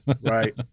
Right